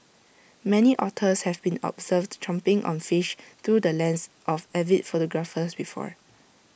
many otters have been observed chomping on fish through the lens of avid photographers before